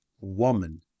woman